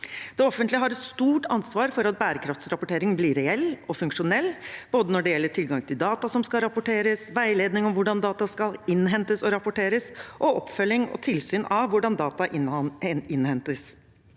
Det offentlige har et stort ansvar for at bærekraftsrapporteringen blir reell og funksjonell, når det gjelder både tilgang til data som skal rapporteres, veiledning om hvordan data skal innhentes og rapporteres, og oppfølging og tilsyn av hvordan data innhentes.